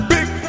Big